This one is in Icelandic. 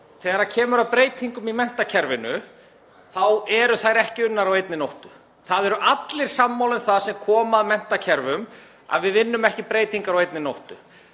Þegar kemur að breytingum í menntakerfinu þá eru þær ekki unnar á einni nóttu. Það eru allir sammála um það sem koma að menntakerfum að við vinnum ekki breytingar á einni nóttu,